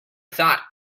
thought